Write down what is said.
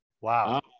wow